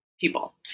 people